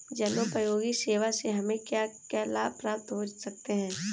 जनोपयोगी सेवा से हमें क्या क्या लाभ प्राप्त हो सकते हैं?